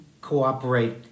cooperate